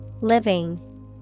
Living